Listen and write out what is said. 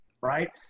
right